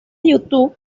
youtube